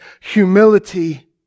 humility